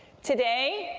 today,